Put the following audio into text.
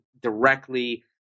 directly